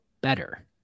better